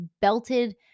belted